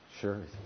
Sure